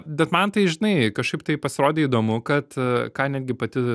bet man tai žinai kažkaip tai pasirodė įdomu kad ką netgi pati